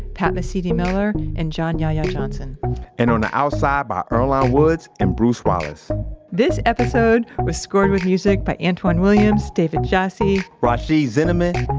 pat mesiti-miller, and john yahya johnson and on the outside by earlonne woods and bruce wallace this episode was scored with music by antwan williams, david jassy, rhashiyd zinnaman,